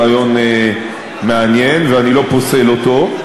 הוא רעיון מעניין ואני לא פוסל אותו.